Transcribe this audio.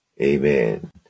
Amen